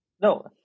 No